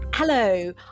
Hello